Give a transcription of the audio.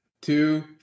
two